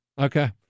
Okay